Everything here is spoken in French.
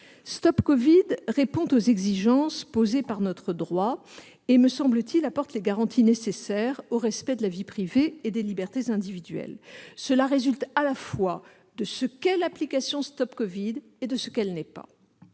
StopCovid répond aux exigences posées par notre droit et, me semble-t-il, apporte les garanties nécessaires au respect de la vie privée et des libertés individuelles. Cela résulte à la fois de ce qu'est l'application StopCovid et de ce qu'elle n'est pas.